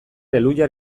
elhuyar